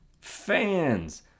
fans